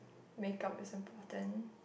makeup is important